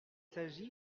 s’agit